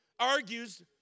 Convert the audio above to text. argues